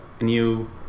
new